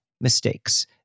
mistakes